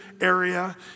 area